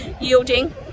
yielding